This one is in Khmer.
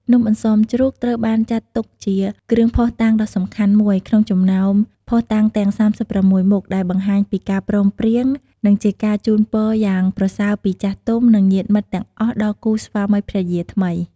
នំអន្សមជ្រូកត្រូវបានចាត់ទុកជា គ្រឿងភ័ស្តុតាងដ៏សំខាន់មួយ ក្នុងចំណោមភ័ស្តុតាងទាំង ៣៦ មុខ ដែលបង្ហាញពីការព្រមព្រៀង និងជាការជូនពរយ៉ាងប្រសើរពីចាស់ទុំ និងញាតិមិត្តទាំងអស់ដល់គូស្វាមីភរិយាថ្មី។